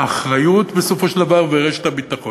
האחריות, בסופו של דבר, ורשת הביטחון,